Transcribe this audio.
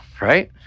right